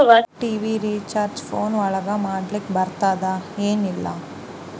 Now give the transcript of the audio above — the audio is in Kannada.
ಟಿ.ವಿ ರಿಚಾರ್ಜ್ ಫೋನ್ ಒಳಗ ಮಾಡ್ಲಿಕ್ ಬರ್ತಾದ ಏನ್ ಇಲ್ಲ?